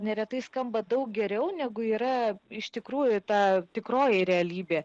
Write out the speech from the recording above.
neretai skamba daug geriau negu yra iš tikrųjų ta tikroji realybė